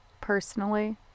personally